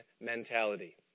mentality